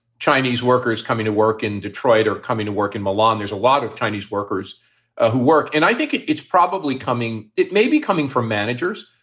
chinese workers coming to work in detroit or coming to work in milan. there's a lot of chinese workers ah who work, and i think it's probably coming. it may be coming from managers,